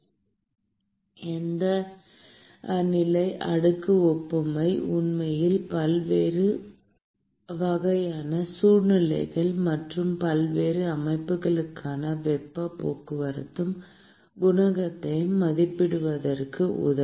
இந்த எல்லை அடுக்கு ஒப்புமை உண்மையில் பல்வேறு வகையான சூழ்நிலைகள் மற்றும் பல்வேறு அமைப்புகளுக்கான வெப்பப் போக்குவரத்து குணகத்தை மதிப்பிடுவதற்கு உதவும்